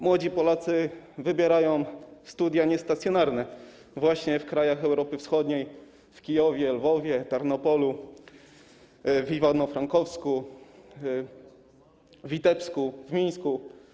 Młodzi Polacy wybierają więc studia niestacjonarne właśnie w krajach Europy Wschodniej, w Kijowie, Lwowie, Tarnopolu, Iwano-Frankowsku, Witebsku czy w Mińsku.